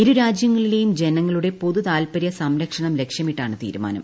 ഇരുരാജൃങ്ങളിലേയും ജനങ്ങളുടെ പൊതുതാൽപരൃ സംരക്ഷണം ലക്ഷ്യമിട്ടാണ് തീരുമാനം